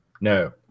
No